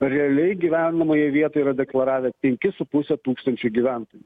realiai gyvenamąją vietą yra deklaravę penki su puse tūkstančio gyventojų